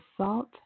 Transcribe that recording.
salt